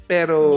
Pero